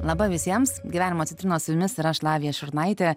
laba visiems gyvenimo citrinos su jumis ir aš lavija šurnaitė